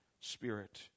Spirit